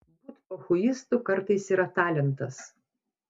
būt pochuistu kartais yra talentas